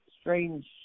strange